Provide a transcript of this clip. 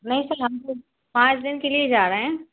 नहीं सर हम तो पाँच दिन के लिए ही जा रहे हैं